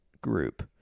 group